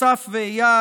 אסף ואיל,